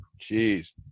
Jeez